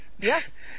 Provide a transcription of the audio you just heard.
yes